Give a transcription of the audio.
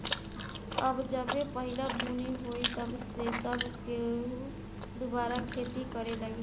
अब जबे पहिला बुनी होई तब से सब केहू दुबारा खेती करे लागी